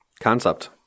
Concept